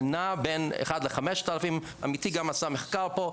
זה נע בין 1:5,000. עמיתי גם עשה מחקר פה.